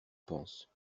penses